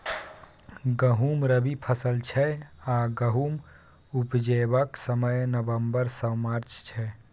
गहुँम रबी फसल छै आ गहुम उपजेबाक समय नबंबर सँ मार्च छै